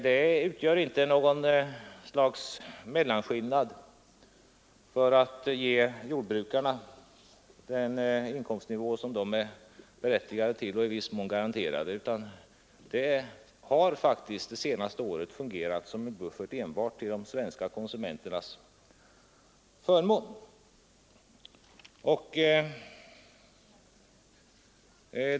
Det utgör inte något slags mellanskillnad för att ge jordbrukarna den inkomstnivå som de är berättigade till och i viss mån är garanterade, utan det har faktiskt det senaste året fungerat som en buffert enbart till de svenska konsumenternas förmån.